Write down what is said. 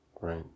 Right